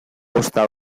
ozta